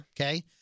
Okay